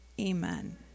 Amen